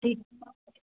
ठीकु